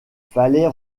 fallait